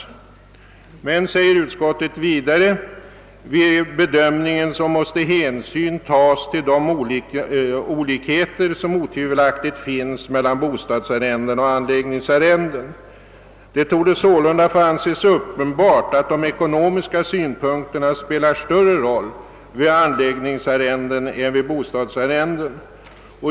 Emellertid måste vid bedömningen hänsyn tas till de olikheter som otvivelaktigt finns mellan bostadsarrenden och anläggningsarrenden. Det torde sålunda få anses uppenbart att de ekonomiska synpunkterna spelar större roll vid anläggningsarrenden än vid bostadsarrenden.